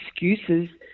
excuses